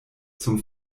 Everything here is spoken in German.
zum